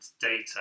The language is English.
data